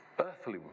earthly